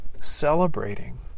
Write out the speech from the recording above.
celebrating